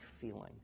feeling